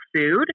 food